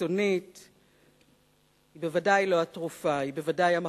קיצונית היא בוודאי לא התרופה, היא המחלה.